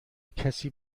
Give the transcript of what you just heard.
کسی